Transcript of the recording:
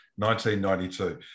1992